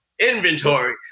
inventory